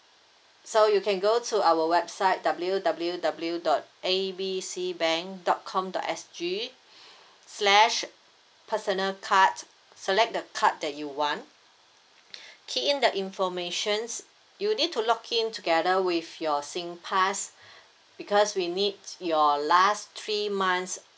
so you can go to our website W_W_W dot A B C bank dot com dot S G slash personal card select the card that you want key in the informations you need to login together with your singpass because we need your last three months